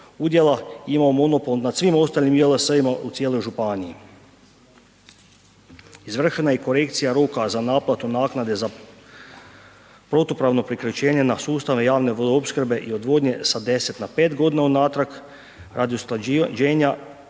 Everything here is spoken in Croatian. udjela, ima monopol nad svim ostalim JLS-ima u cijeloj županiji. Izvršena je i korekcija roka za naplatu naknade za protupravno priključenje na sustave javne vodoopskrbe i odvodnje sa 10 na 5 g. unatrag radi usklađenja